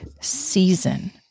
season